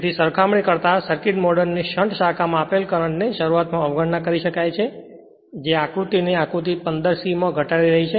તેથી સરખામણી કરતાં સર્કિટ મોડેલની શન્ટ શાખામાં આપેલ કરંટ ને શરૂઆત માં અવગણના કરી શકાય છે જે સર્કિટ ને આકૃતિ 15 C માં ઘટાડી રહી છે